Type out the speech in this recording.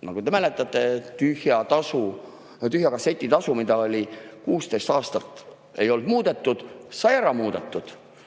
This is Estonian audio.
Nagu te mäletate, tühja kasseti tasu, mida 16 aastat ei olnud muudetud, sai ära muudetud.